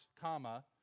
comma